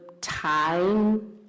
time